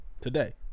today